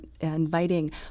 inviting